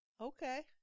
Okay